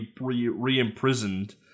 re-imprisoned